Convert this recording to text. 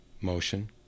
motion